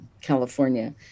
California